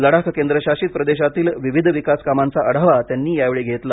लडाख केंद्रशासित प्रदेशातील विविध विकास कामांचा आढावा त्यांनी या वेळी घेतला